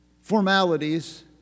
formalities